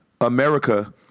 America